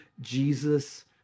Jesus